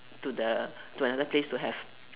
to the to another place to have